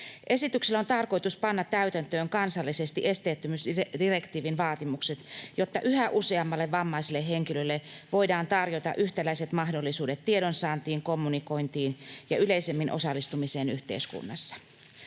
Esityksellä on tarkoitus panna täytäntöön kansallisesti esteettömyysdirektiivin vaatimukset, jotta yhä useammalle vammaiselle henkilölle voidaan tarjota yhtäläiset mahdollisuudet tiedonsaantiin, kommunikointiin ja yleisemmin osallistumiseen yhteiskunnassa.